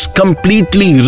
completely